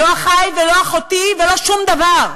לא אחי, ולא אחותי, ולא שום דבר.